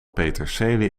peterselie